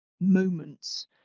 moments